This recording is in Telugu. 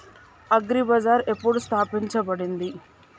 అగ్రి బజార్ ఎప్పుడు స్థాపించబడింది?